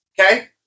okay